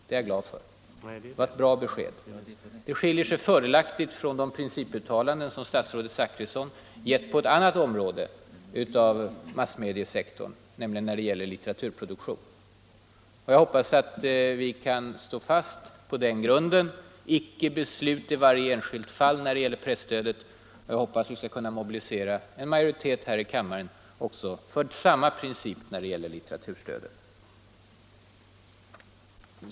Det var ett bra besked. Det skiljer sig fördelaktigt från de principuttalanden som statsrådet Zachrisson gjort på ett annat område av massmediesektorn, nämligen när det gäller litteraturproduktion. Jag hoppas att vi kan stå på den grunden — icke beslut i varje enskilt fall när det gäller presstödet — och jag hoppas att vi skall kunna mobilisera en majoritet här i kammaren för samma princip när det gäller litteraturstödet.